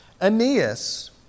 Aeneas